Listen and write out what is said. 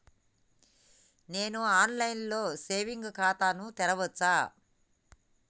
నేను online లో saving ఖాతా ను తెరవచ్చా?